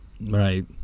right